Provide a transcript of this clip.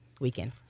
weekend